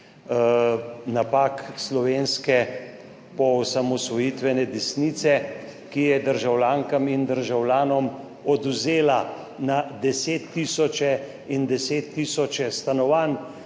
napak slovenske poosamosvojitvene desnice, ki je državljankam in državljanom odvzela na deset tisoče in deset tisoče stanovanj.